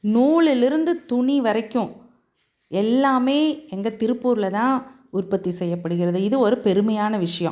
நூலிலிருந்து துணி வரைக்கும் எல்லாமே எங்கள் திருப்பூரில் தான் உற்பத்தி செய்யப்படுகிறது இது ஒரு பெருமையான விஷியம்